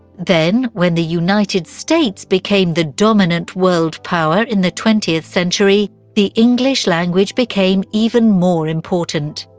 then, when the united states became the dominant world power in the twentieth century, the english language became even more important.